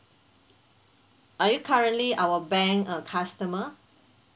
are you currently our bank uh customer